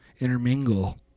intermingle